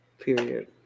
Period